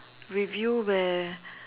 review where